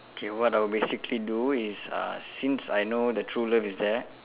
okay what I'll basically do is uh since I know the true love is there